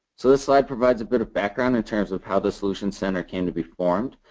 so this slide provides a bit of background in terms of how the solution center came to be form.